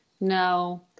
No